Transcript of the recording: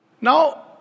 Now